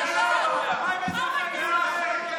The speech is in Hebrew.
אני דווקא קיוויתי שהייעוץ המשפטי,